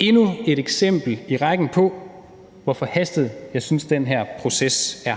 Endnu et eksempel i rækken på, hvor forhastet jeg synes den her proces er.